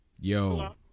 Yo